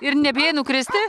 ir nebijai nukristi